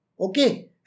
Okay